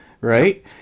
right